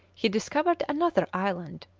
he discovered another island,